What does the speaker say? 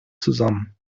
zusammen